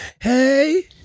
hey